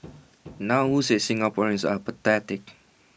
now who said Singaporeans are apathetic